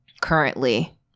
currently